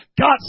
God